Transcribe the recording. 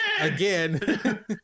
again